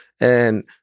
And-